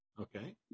Okay